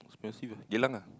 expensive eh Geylang ah